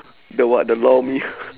the what the lor me